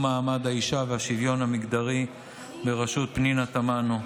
מעמד האישה והשוויון המגדרי בראשות פנינה תמנו,